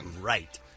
Right